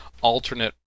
alternate